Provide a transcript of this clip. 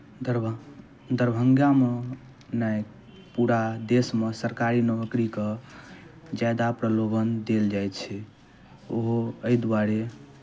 दरभ दरभंगामे नहि पूरा देशमे सरकारी नौकरीके ज्यादा प्रलोभन देल जाइ छै ओहो एहि दुआरे